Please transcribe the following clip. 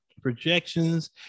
projections